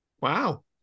Wow